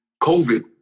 COVID